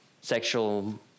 Sexual